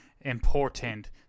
important